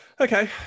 Okay